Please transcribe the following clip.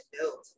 build